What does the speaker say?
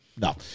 No